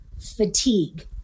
fatigue